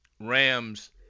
Rams